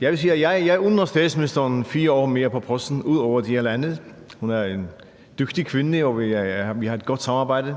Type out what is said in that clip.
Jeg vil sige, at jeg under statsministeren 4 år mere på posten ud over de halvandet. Hun er jo en dygtig kvinde, og vi har et godt samarbejde,